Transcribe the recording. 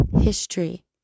history